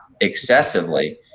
excessively